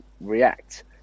react